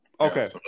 Okay